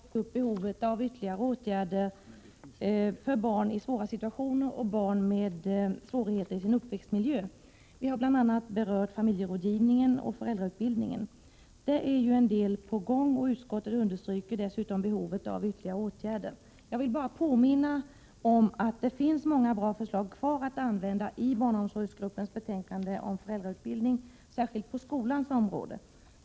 Herr talman! Grethe Lundblad och jag har i en motion tagit upp behovet av ytterligare åtgärder för barn i svåra situationer och barn med svårigheter i sin uppväxtmiljö. Vi har bl.a. berört familjerådgivningen och föräldrautbildningen. Där är en del på gång, och utskottet understryker dessutom behovet av ytterligare åtgärder. Jag vill bara påminna om att det i barnomsorgsgruppens betänkande om föräldrautbildning finns ytterligare förslag som går att använda, särskilt på skolans område.